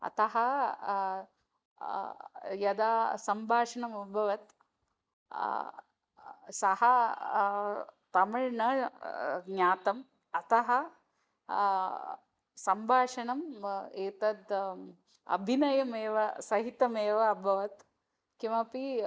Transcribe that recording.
अतः यदा सम्भाषणम् उद्भवति सः तमिळ् न ज्ञातम् अतः सम्भाषणं व एतद् अभिनयमेव सहितमेव अभवत् किमपि